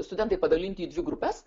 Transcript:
studentai padalinti į dvi grupes